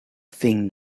thing